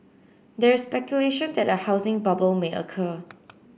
there is speculation that a housing bubble may occur